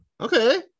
okay